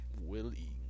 Willie